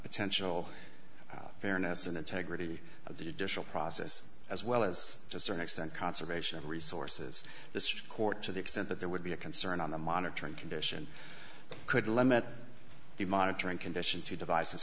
potential fairness and integrity of the judicial process as well as to certain extent conservation of resources this court to the extent that there would be a concern on the monitoring condition could limit the monitoring condition to devices